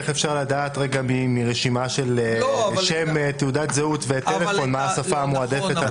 איך אפשר לדעת מרשימה של שם ותעודת זהות וטלפון מה השפה המועדפת.